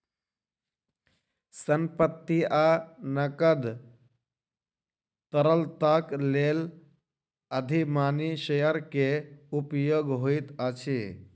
संपत्ति आ नकद तरलताक लेल अधिमानी शेयर के उपयोग होइत अछि